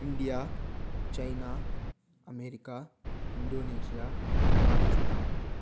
India China America Indonesia Pakistan